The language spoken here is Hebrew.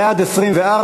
24 בעד,